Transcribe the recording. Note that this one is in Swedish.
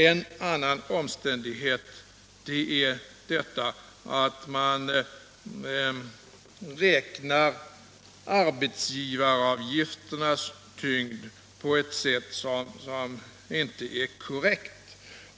En annan omständighet är att man tillmäter arbetsgivaravgifterna en tyngd som inte är korrekt.